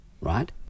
right